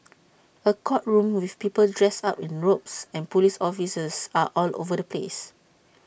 A courtroom with people dressed up in robes and Police officers all over the place